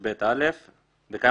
הציבור" יהיו